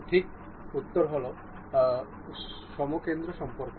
সঠিক উত্তর হল সমকেন্দ্রিক সম্পর্ক